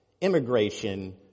immigration